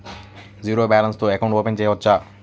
Zero balance తో account open చేయవచ్చు?